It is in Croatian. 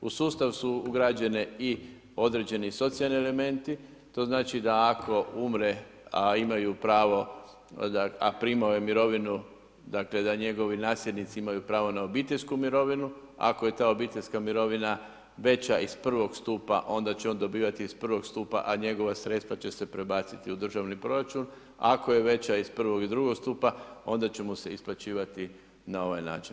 U sustav su ugrađene i određeni socijalni elementi, to znači da ako umre, a imaju pravo, a primao je mirovinu da njegovi nasljednici imaju pravo na obiteljsku mirovinu, ako je ta obiteljska mirovina veća iz prvog stupa onda će dobivati iz prvog stupa, a njegova sredstva će se prebaciti u državni proračun, ako je veća iz prvog i drugog stupa onda će mu se isplaćivati na ovaj način.